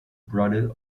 brother